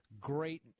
great